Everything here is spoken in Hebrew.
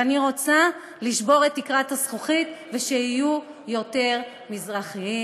אני רוצה לשבור את תקרת הזכוכית ושיהיו יותר מזרחיים